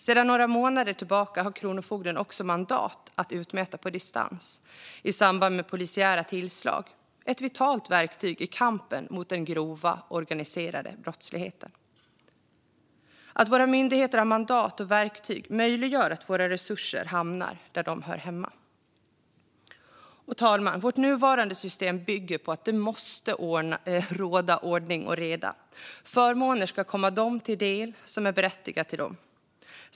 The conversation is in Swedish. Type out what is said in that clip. Sedan några månader tillbaka har Kronofogden också mandat att utmäta på distans i samband med polisiära tillslag. Det är ett vitalt verktyg i kampen mot den grova organiserade brottsligheten. Att våra myndigheter har mandat och verktyg möjliggör att våra resurser hamnar där de hör hemma. Fru talman! Vårt nuvarande system bygger på att det måste råda ordning och reda. Förmåner ska komma dem till del som är berättigade till dem.